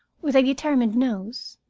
with a determined nose,